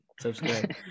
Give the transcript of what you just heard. subscribe